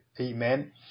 Amen